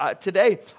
Today